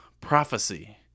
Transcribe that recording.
Prophecy